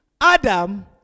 Adam